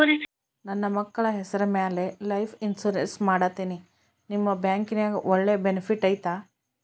ನನ್ನ ಮಕ್ಕಳ ಹೆಸರ ಮ್ಯಾಲೆ ಲೈಫ್ ಇನ್ಸೂರೆನ್ಸ್ ಮಾಡತೇನಿ ನಿಮ್ಮ ಬ್ಯಾಂಕಿನ್ಯಾಗ ಒಳ್ಳೆ ಬೆನಿಫಿಟ್ ಐತಾ?